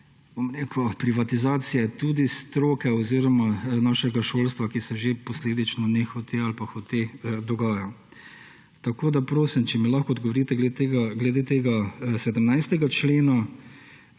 privatizacije tudi stroke oziroma našega šolstva, kar se že posledično nehote ali pa hote dogaja. Tako prosim, če mi lahko odgovorite glede tega 17. člena,